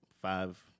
five